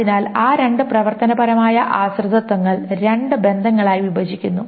അതിനാൽ ആ രണ്ട് പ്രവർത്തനപരമായ ആശ്രിതത്വങ്ങൾ രണ്ട് ബന്ധങ്ങളായി വിഭജിക്കുന്നു